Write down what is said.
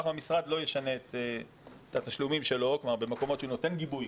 המשרד לא ישנה את התשלומים שלו במקומות שהוא נותן גיבוי,